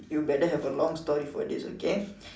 you better have a long story for this okay